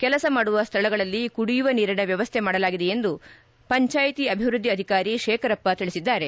ಕೆಲಸ ಮಾಡುವ ಸ್ಥಳಗಳಲ್ಲಿ ಕುಡಿಯುವ ನೀರಿನ ವ್ಯವಸ್ಥೆ ಮಾಡಲಾಗಿದೆ ಎಂದು ಪಂಚಾಯಿತಿ ಅಭಿವೃದ್ಧಿ ಅಧಿಕಾರಿ ಶೇಖರಪ್ಪ ತಿಳಿಸಿದ್ದಾರೆ